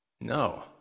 No